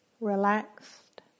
relaxed